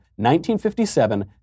1957